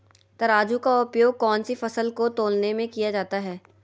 तराजू का उपयोग कौन सी फसल को तौलने में किया जाता है?